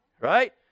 right